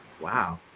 Wow